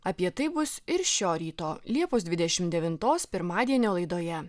apie tai bus ir šio ryto liepos dvidešim devintos pirmadienio laidoje